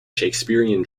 shakespearean